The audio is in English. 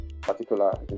particular